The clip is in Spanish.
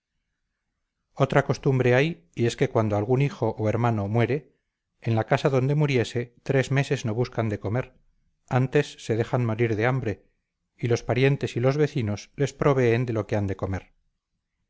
otra costumbre hay y es que cuando algún hijo o hermano muere en la casa donde muriese tres meses no buscan de comer antes se dejan morir de hambre y los parientes y los vecinos les proveen de lo que han de comer